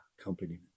company